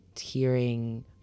hearing